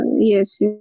Yes